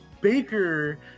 Baker